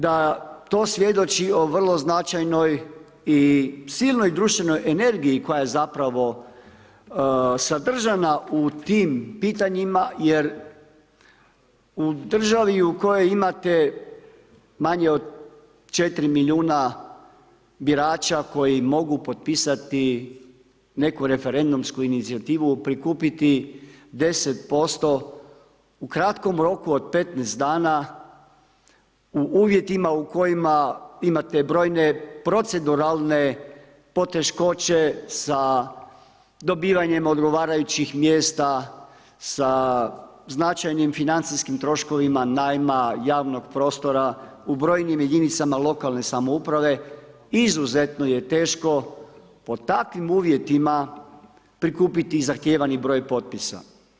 Da to svjedoči o vrlo značajnoj i silnoj društvenoj energiji, koja je zapravo sadržana u tim pitanjima, jer u državi u kojoj imate manje od 4 milijuna birača koji mogu potpisati neku referendumsku inicijativu, prikupiti 10% u kratkom roku, od 15 dana, u uvjetima u kojima imate brojne proceduralne poteškoće sa dobivanjem odgovarajućih mjesta, sa značajnim financijskim troškovima najma, javnog prostorima, u brojnim jedinicama lokalne samouprave, izuzetno je teško pod takvim uvjetima prikupiti zahtijevani broj potpisa.